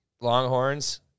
Longhorns